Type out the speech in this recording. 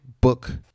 book